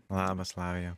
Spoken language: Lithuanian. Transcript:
labas laja